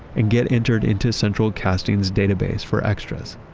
and get entered into central casting's database for extras.